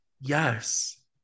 Yes